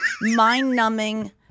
mind-numbing